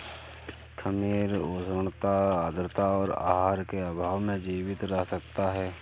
खमीर उष्णता आद्रता और आहार के अभाव में जीवित रह सकता है